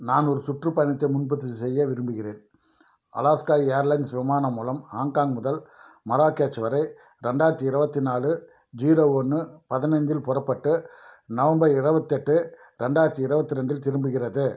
நான் ஒரு சுற்றுப்பயணத்தை முன்பதிவு செய்ய விரும்புகிறேன் அலாஸ்கா ஏர்லைன்ஸ் விமானம் மூலம் ஹாங்காங் முதல் மராகேச் வரை ரெண்டாயிரத்தி இருபத்தி நாலு ஜீரோ ஒன்று பதினைந்து இல் புறப்பட்டு நவம்பர் இருபத்து எட்டு ரெண்டாயிரத்தி இருபத்தி ரெண்டு இல் திரும்புகிறது